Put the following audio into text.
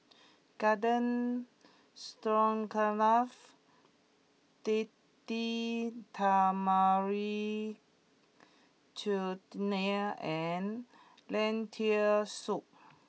Garden Stroganoff Date Tamarind Chutney and Lentil soup